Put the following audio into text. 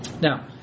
Now